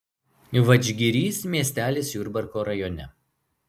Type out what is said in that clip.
vadžgirys miestelis jurbarko rajone